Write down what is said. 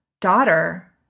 daughter